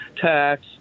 tax